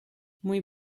muy